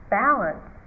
balance